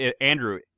Andrew